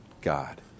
God